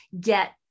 get